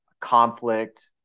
conflict